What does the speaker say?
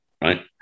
right